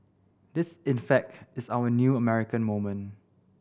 this in fact is our new American moment